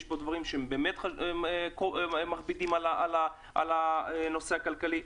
יש פה דברים שמכבידים על הנושא הכלכלי,